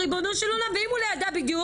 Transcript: ריבונו של עולם, ואם הוא לא ידע בדיוק?